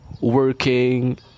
working